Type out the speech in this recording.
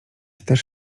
też